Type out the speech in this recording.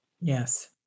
Yes